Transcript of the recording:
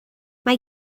mae